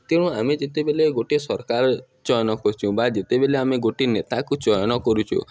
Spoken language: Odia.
ତେଣୁ ଆମେ ଯେତେବେଲେ ଗୋଟେ ସରକାର ଚୟନ କରଚୁଁ ବା ଯେତେବେଲେ ଆମେ ଗୋଟେ ନେତାକୁ ଚୟନ କରୁଛୁ